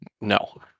No